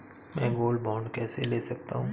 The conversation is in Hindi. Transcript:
मैं गोल्ड बॉन्ड कैसे ले सकता हूँ?